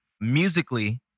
musically